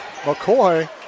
McCoy